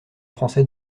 français